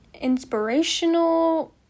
inspirational